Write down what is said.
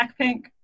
Blackpink